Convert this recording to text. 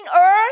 earth